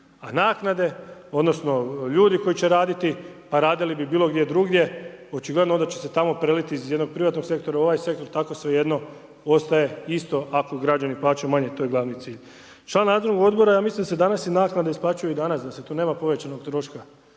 A naknade odnosno ljudi koji će raditi a radili bi bilo gdje drugdje, očigledno onda će se tamo preliti iz jednog privatnog sektora u ovaj sektor, tako svejedno ostaje isto ako građani plaćaju manje a to je glavni cilj. Članu nadzornog odbora, ja mislim da se danas i naknade isplaćuju i danas da tu nema povećanog troška